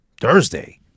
Thursday